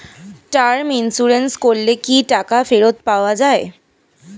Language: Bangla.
টার্ম ইন্সুরেন্স করলে কি টাকা ফেরত পাওয়া যায়?